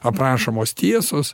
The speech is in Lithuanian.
aprašomos tiesos